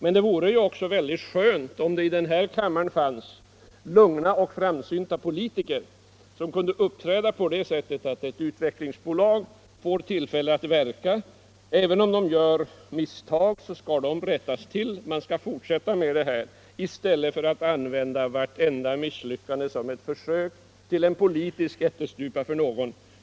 Men det vore också skönt om det här i kammaren fanns lugna och framsynta politiker som kunde ge ett utvecklingsbolag tillfälle att verka även om det gör misstag — de kan rättas till, men man skall ändå fortsätta verksamheten —- i stället för att göra varje misstag till en politisk ättestupa för någon.